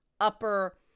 upper